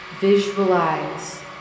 Visualize